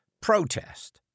protest